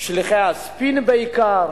שליחי הספינים בעיקר,